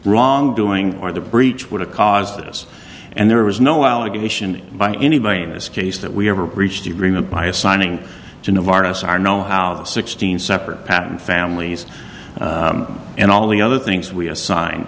wrongdoing or the breach would have caused us and there was no allegation by anybody in this case that we ever breached the agreement by assigning to novartis our no sixteen separate patent families and all the other things we assign